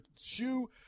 shoe